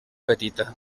petita